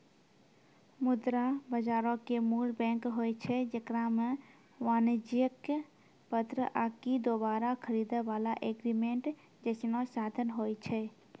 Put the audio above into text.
मुद्रा बजारो के मूल बैंक होय छै जेकरा मे वाणिज्यक पत्र आकि दोबारा खरीदै बाला एग्रीमेंट जैसनो साधन होय छै